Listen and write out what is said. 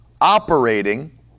operating